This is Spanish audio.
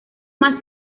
más